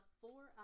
four